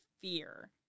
fear